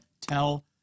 Tell